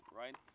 right